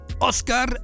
Oscar